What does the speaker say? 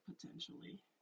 potentially